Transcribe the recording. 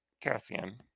Cassian